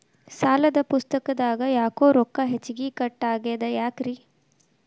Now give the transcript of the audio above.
ಸಾಲದ ಪುಸ್ತಕದಾಗ ಯಾಕೊ ರೊಕ್ಕ ಹೆಚ್ಚಿಗಿ ಕಟ್ ಆಗೆದ ಯಾಕ್ರಿ?